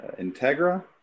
Integra